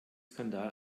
skandal